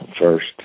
first